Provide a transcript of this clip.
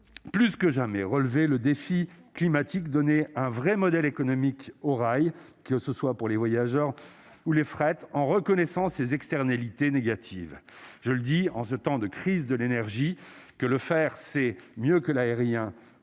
plus que jamais relevé le défi climatique : donner un vrai modèle économique au rail, que ce soit pour les voyageurs ou les frais en reconnaissant ses externalités négatives, je le dis en ce temps de crise de l'énergie que le faire, c'est mieux que l'aérien